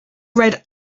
read